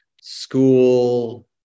school